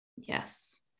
Yes